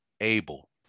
Abel